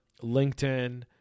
LinkedIn